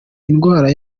indwara